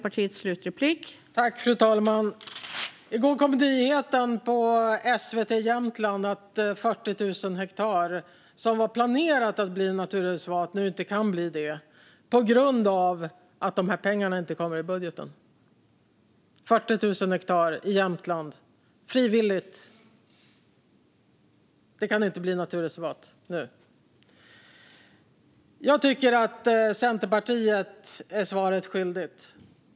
Fru talman! I går kom nyheten på SVT Jämtland att 40 000 hektar som var planerat att bli naturreservat nu inte kan bli det på grund av att pengarna inte kommer i budgeten. Det var 40 000 hektar i Jämtland - frivilligt. Det kan nu inte bli naturreservat. Centerpartiet är svaret skyldigt.